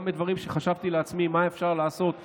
גם בדברים שחשבתי לעצמי מה אפשר לעשות אחרת,